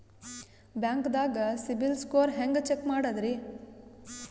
ಬ್ಯಾಂಕ್ದಾಗ CIBIL score ಹೆಂಗ್ check ಮಾಡದ್ರಿ?